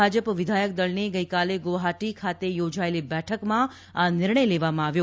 ભાજપ વિધાયક દળની ગઈકાલે ગુવાફાટી ખાતે યોજાયેલી બેઠકમાં આ નિર્ણય લેવામાં આવ્યો